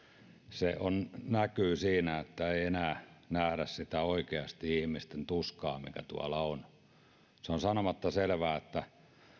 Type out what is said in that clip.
se näkyy siinä että ei enää nähdä sitä ihmisten tuskaa mikä tuolla on on sanomatta selvää että